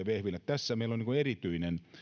vehviläinen tässä meillä on on erityinen